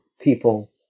people